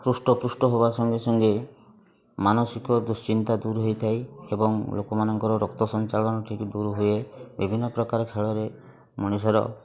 ହୃଷ୍ଟପୁଷ୍ଟ ହେବା ସଙ୍ଗେସଙ୍ଗେ ମାନସିକ ଦୁଶ୍ଚିନ୍ତା ଦୂର ହେଇଥାଏ ଏବଂ ଲୋକମାନଙ୍କର ରକ୍ତ ସଞ୍ଚାଳନ ଠିକ୍ ଦୂରହୁଏ ବିଭିନ୍ନ ପ୍ରକାର ଖେଳରେ ମଣିଷର